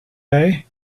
play